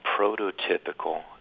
prototypical